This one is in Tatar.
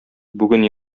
бүген